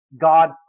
God